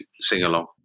sing-along